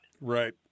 Right